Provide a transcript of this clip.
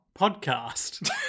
podcast